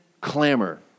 clamor